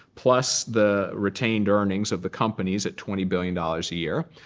plus the retained earnings of the companies at twenty billion dollars a year.